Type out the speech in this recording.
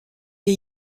les